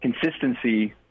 Consistency